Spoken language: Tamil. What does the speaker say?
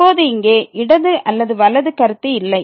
இப்போது இங்கே இடது அல்லது வலது கருத்து இல்லை